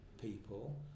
people